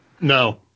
No